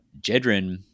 Jedrin